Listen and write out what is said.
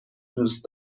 دوست